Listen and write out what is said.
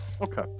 Okay